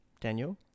Daniel